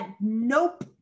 nope